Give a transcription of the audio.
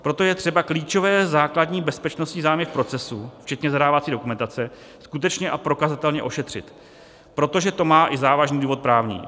Proto je třeba klíčové základní bezpečnostní zájmy v procesu, včetně zadávací dokumentace, skutečně a prokazatelně ošetřit, protože to má i závažný důvod právní.